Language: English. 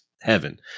heaven